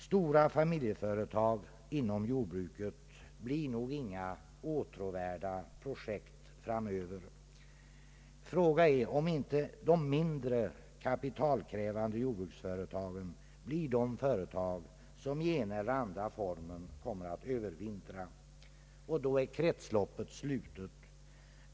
Stora familjeföretag inom jordbruket blir nog inga åtråvärda projekt framöver. Frågan är om inte de mindre kapitalkrävande jordbruksföretagen blir de företag som i ena eller andra formen kommer att övervintra. Och då är kretsloppet slutet.